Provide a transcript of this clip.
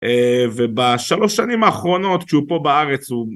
אה... ובשלוש שנים האחרונות שהוא פה בארץ הוא...